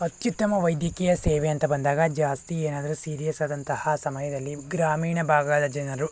ಅತ್ಯುತ್ತಮ ವೈದ್ಯಕೀಯ ಸೇವೆ ಅಂತ ಬಂದಾಗ ಜಾಸ್ತಿ ಏನಾದ್ರು ಸೀರಿಯಸ್ಸಾದಂತಹ ಸಮಯದಲ್ಲಿ ಗ್ರಾಮೀಣ ಭಾಗದ ಜನರು